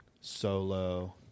Solo